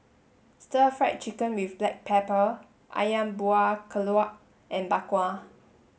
stir fry chicken with black pepper Ayam Buah Keluak and Bak Kwa